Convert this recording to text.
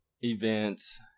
events